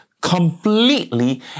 completely